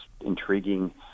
intriguing